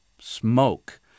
smoke